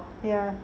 ya